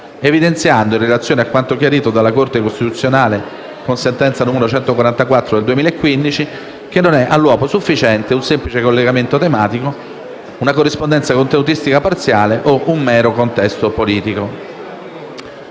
evidenziando - in relazione a quanto chiarito dalla Corte costituzionale (sentenza n. 144 del 2015) - che non è all'uopo sufficiente un semplice collegamento tematico, una corrispondenza contenutistica parziale o un mero contesto politico.